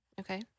Okay